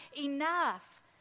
enough